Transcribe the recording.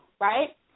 Right